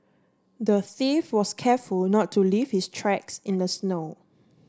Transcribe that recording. the thief was careful not to leave his tracks in the snow